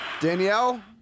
Danielle